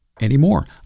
anymore